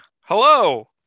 hello